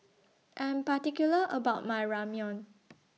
I Am particular about My Ramyeon